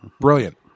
Brilliant